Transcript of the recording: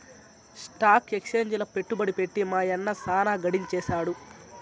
stock ఎక్సేంజిల పెట్టుబడి పెట్టి మా యన్న సాన గడించేసాడు